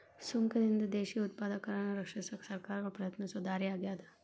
ಸುಂಕದಿಂದ ದೇಶೇಯ ಉತ್ಪಾದಕರನ್ನ ರಕ್ಷಿಸಕ ಸರ್ಕಾರಗಳ ಪ್ರಯತ್ನಿಸೊ ದಾರಿ ಆಗ್ಯಾದ